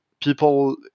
people